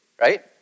right